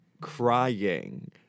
crying